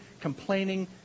complaining